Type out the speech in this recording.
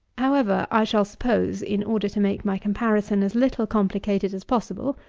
however, i shall suppose, in order to make my comparison as little complicated as possible,